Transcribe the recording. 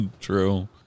True